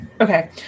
Okay